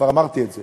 כבר אמרתי את זה.